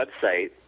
website